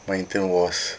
my intern was